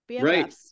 right